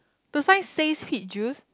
the sign says peach juice